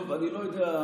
טוב, אני לא יודע.